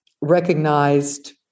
recognized